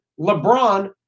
LeBron